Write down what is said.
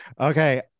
Okay